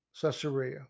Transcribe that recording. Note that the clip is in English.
Caesarea